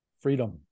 freedom